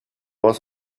was